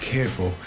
careful